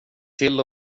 till